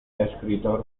escritor